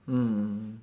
mm